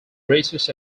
british